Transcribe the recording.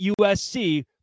USC